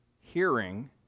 hearing